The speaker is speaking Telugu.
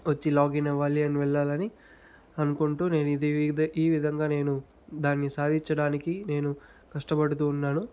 వచ్చి లాగిన్ అవ్వాలి అండ్ వెళ్ళాలని అనుకుంటూ నేను ఇది ఇది ఈ విధంగా నేను దాన్ని సాధించడానికి నేను కష్టపడుతు ఉన్నాను